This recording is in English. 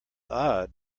odd